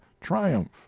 triumph